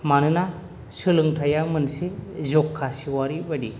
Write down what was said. मानोना सोलोंथायआ मोनसे ज'खा सेवारि बायदि